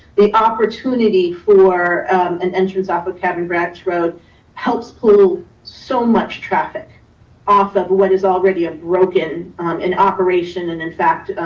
the opportunity for an entrance off of kevin brach road helps pollute so much traffic off of what is already a broken in operation and in fact,